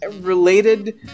related